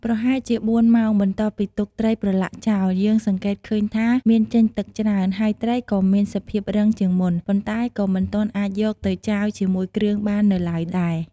ប្រហែលជាបួនម៉ោងបន្ទាប់ពីទុកត្រីប្រឡាក់ចោល យើងសង្កេតឃើញថាមានចេញទឹកច្រើន ហើយត្រីក៏មានសភាពរឹងជាងមុន ប៉ុន្តែក៏មិនទាន់អាចយកទៅចាវជាមួយគ្រឿងបាននៅឡើយដែរ។